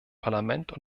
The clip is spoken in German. parlament